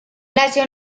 nació